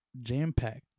jam-packed